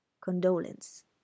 condolence